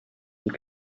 and